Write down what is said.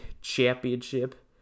Championship